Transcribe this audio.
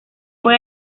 fue